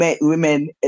women